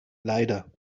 leider